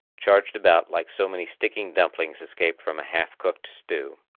charged about like so many sticky dumplings escaped from a half-cooked stew.